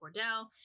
Cordell